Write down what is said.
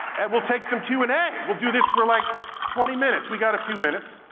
and we'll take some q and a, we'll do this for like twenty minutes. we got a few minutes.